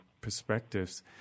perspectives